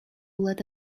let